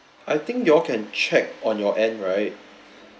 I think you all can check on your end right